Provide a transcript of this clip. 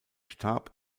starb